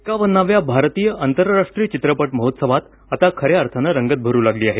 एक्कावन्नाव्या भारतीय आंतरराष्ट्रीय चित्रपट महोत्सवात आता खऱ्या अर्थानं रंगत भरू लागली आहे